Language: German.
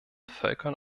völkern